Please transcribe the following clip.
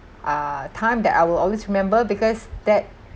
uh time that I will always remember because that